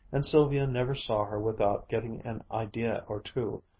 and sylvia never saw her without getting an idea or two,